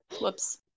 Whoops